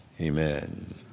Amen